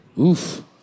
Oof